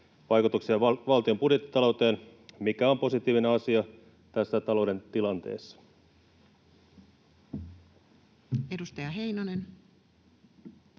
vaikutuksia valtion budjettitalouteen, mikä on positiivinen asia tässä talouden tilanteessa. Edustaja Heinonen.